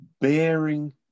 Bearing